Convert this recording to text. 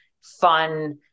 fun